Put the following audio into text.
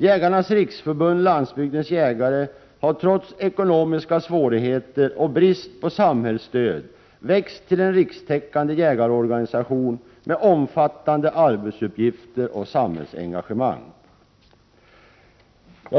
Jägarnas riksförbund-Landsbygdens jägare har trots ekonomiska svårigheter och brist på samhällsstöd växt till en rikstäckande jägarorganisation med omfattande arbetsuppgifter och samhällsengagemang.